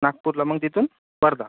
नागपूरला मग तिथून वर्धा